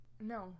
no